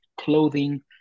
clothing